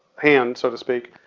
hand so to speak.